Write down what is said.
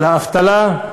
על האבטלה,